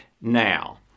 now